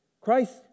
Christ